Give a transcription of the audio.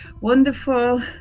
wonderful